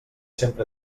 sempre